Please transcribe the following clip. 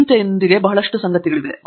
ಆದ್ದರಿಂದ ಚಿಂತೆಯೊಂದಿಗೆ ಬಹಳಷ್ಟು ಸಂಗತಿಗಳಿವೆ